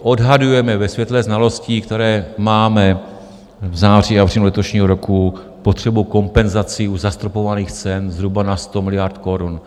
Odhadujeme ve světle znalostí, které máme v září a v říjnu letošního roku, potřebu kompenzací u zastropovaných cen zhruba na 100 miliard korun.